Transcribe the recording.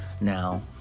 Now